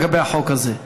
לגבי החוק הזה.